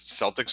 Celtics